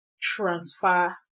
transfer